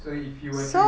so if you were to